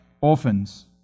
orphans